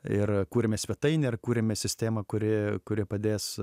ir kuriame svetainę ir kuriame sistemą kuri kuri padės